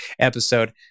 episode